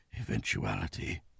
eventuality